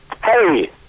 hey